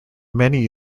many